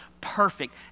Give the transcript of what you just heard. perfect